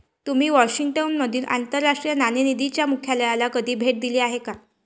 तुम्ही वॉशिंग्टन मधील आंतरराष्ट्रीय नाणेनिधीच्या मुख्यालयाला कधी भेट दिली आहे का?